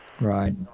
Right